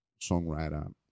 songwriter